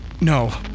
No